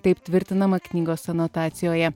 taip tvirtinama knygos anotacijoje